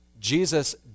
Jesus